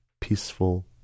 peaceful